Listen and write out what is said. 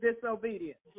disobedience